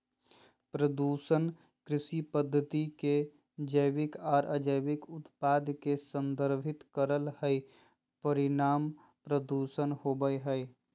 प्रदूषण कृषि पद्धति के जैविक आर अजैविक उत्पाद के संदर्भित करई हई, परिणाम प्रदूषण होवई हई